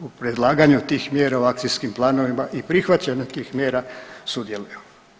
u predlaganju tih mjera u akcijskim planovima i prihvaćanjem tih mjera sudjeluju.